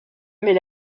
mais